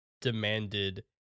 demanded